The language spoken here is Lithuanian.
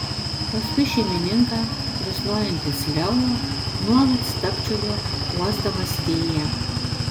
paskui šeimininką risnojantis leo nuolat stabčiojo uosdamas vėją